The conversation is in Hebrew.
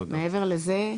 מעבר לזה,